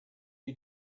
you